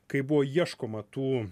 kai buvo ieškoma tų